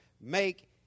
make